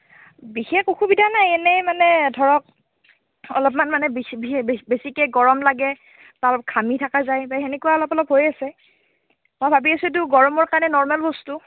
বিশেষ অসুবিধা নাই এনেই মানে ধৰক অলপমান মানে বি বে বেছিকৈ গৰম লাগে আৰু ঘামি থকা যায় বা সেনেকুৱা অলপ অলপ হৈ আছে মই ভাবি আছিলো গৰমৰ কাৰণে নৰ্মেল বস্তু